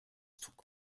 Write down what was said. took